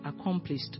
accomplished